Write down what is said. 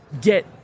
get